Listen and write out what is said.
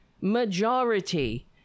majority